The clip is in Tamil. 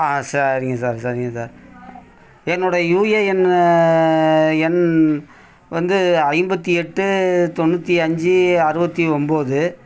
ஆ சரிங்க சார் சரிங்க சார் என்னோடய யூஏஎன்னு எண் வந்து ஐம்பத்து எட்டு தொண்ணூற்றி அஞ்சு அறுவத்து ஒம்பது